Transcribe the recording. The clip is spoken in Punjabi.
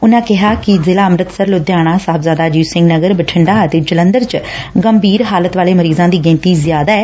ਉਨਾਂ ਕਿਹਾ ਕਿ ਜ਼ਿਲ਼ਾ ਅੰਮਿਤਸਰ ਲੁਧਿਆਣਾ ਸਾਹਿਬਜ਼ਾਦਾ ਅਜੀਤ ਸਿੰਘ ਨਗਰ ਬਠਿੰਡਾ ਅਤੇ ਜਲੰਧਰ ਵਿਚ ਗੰਭੀਰ ਹਾਲਤ ਵਾਲੇ ਮਰੀਜ਼ਾਂ ਦੀ ਗਿਣਤੀ ਜ਼ਿਆਦਾ ਐ